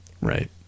Right